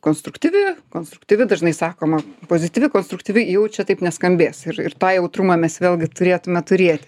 konstruktyvi konstruktyvi dažnai sakoma pozityvi konstruktyvi jau čia taip neskambės ir ir tą jautrumą mes vėlgi turėtume turėti